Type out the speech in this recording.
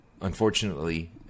unfortunately